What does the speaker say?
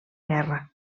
guerra